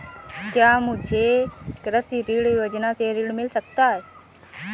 क्या मुझे कृषि ऋण योजना से ऋण मिल सकता है?